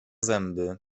zęby